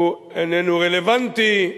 הוא איננו רלוונטי,